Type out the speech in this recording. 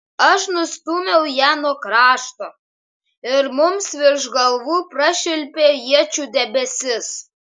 aš nustūmiau ją nuo krašto ir mums virš galvų prašvilpė iečių debesis